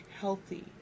healthy